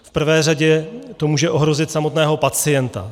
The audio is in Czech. V prvé řadě to může ohrozit samotného pacienta.